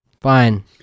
Fine